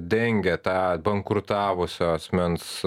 dengia tą bankrutavusio asmens